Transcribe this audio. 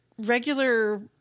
regular